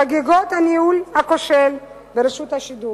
חגיגות הניהול הכושל ברשות השידור?